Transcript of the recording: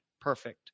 perfect